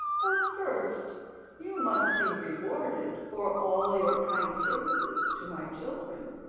but first you must be rewarded for all your kind services to my children.